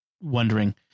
wondering